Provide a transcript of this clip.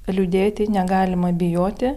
liūdėti negalima bijoti